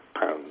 pounds